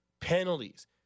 Penalties